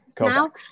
now